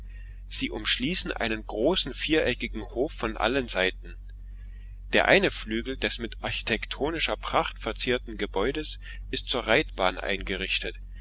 sie umschließen einen großen viereckigen hof von allen seiten der eine flügel des mit architektonischer pracht verzierten gebäudes ist zur reitbahn eingerichtet